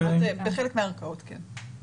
בחלק מהערכאות, כן.